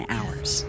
Hours